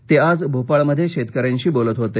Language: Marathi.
ते आज भोपाळमध्ये शेतकऱ्यांशी बोलत होते